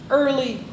early